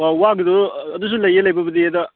ꯋꯥꯒꯤꯗꯣ ꯑꯗꯨꯁꯨ ꯂꯩꯌꯦ ꯂꯩꯕꯕꯨꯗꯤ ꯑꯗ